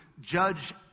judge